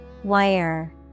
Wire